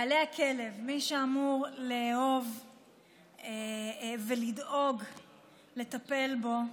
בעל הכלב, מי שאמור לאהוב ולדאוג לטפל בו,